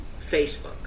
Facebook